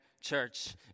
church